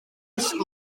ysgol